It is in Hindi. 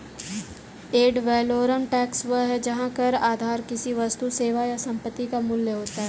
एड वैलोरम टैक्स वह है जहां कर आधार किसी वस्तु, सेवा या संपत्ति का मूल्य होता है